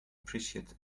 appreciate